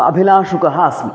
अभिलाषुकः अस्मि